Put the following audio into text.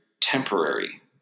temporary